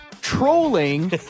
Trolling